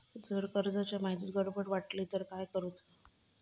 जर कर्जाच्या माहितीत गडबड वाटली तर काय करुचा?